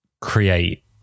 create